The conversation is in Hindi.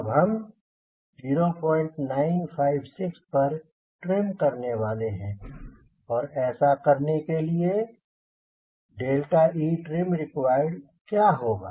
अब हम 0956 पर ट्रिम करने वाले हैं और ऐसा करने के लिए etrimrequiredक्या होगा